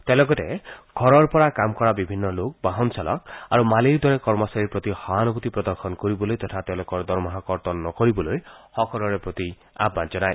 তেওঁ লগতে ঘৰৰ পৰা কাম কৰা বিভিন্ন লোক বাহন চালক আৰু মালীৰ দৰে কৰ্মচাৰীৰ প্ৰতি সহানুভূতি প্ৰদৰ্শন কৰিবলৈ তথা তেওঁলোকৰ দৰমহা কৰ্তন নকৰিবলৈ সকলোৰে প্ৰতি আহান জনায়